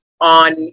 on